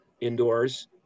indoors